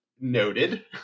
noted